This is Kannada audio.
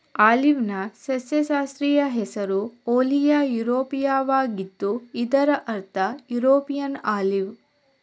ಆಲಿವ್ನ ಸಸ್ಯಶಾಸ್ತ್ರೀಯ ಹೆಸರು ಓಲಿಯಾ ಯುರೋಪಿಯಾವಾಗಿದ್ದು ಇದರ ಅರ್ಥ ಯುರೋಪಿಯನ್ ಆಲಿವ್